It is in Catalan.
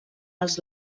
als